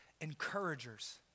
encouragers